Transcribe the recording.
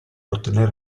ottenere